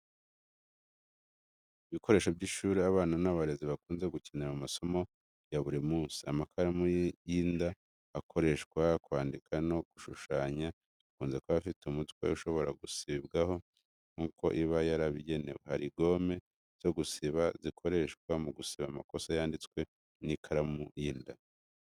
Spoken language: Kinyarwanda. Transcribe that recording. Ibikoresho by’ishuri abana n’abarezi bakunze gukenera mu masomo ya buri munsi. Amakaramu y’inda akoreshwa kwandika no gushushanya akunze kuba afite umutwe ushobora gusibwaho, nk’uko iba yarabigenewe. Hari gome zo gusiba zikoreshwa gusiba amakosa yanditswe n’ikaramu y’inda.